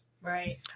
Right